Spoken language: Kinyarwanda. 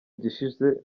gishize